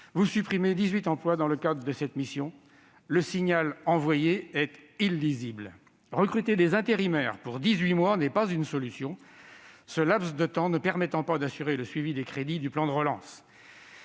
vous supprimez 18 emplois dans le cadre de cette mission ; le signal envoyé est illisible. Recruter des intérimaires pour 18 mois n'est pas une solution ; ce laps de temps ne permet pas d'assurer le suivi des crédits du plan de relance